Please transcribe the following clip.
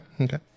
okay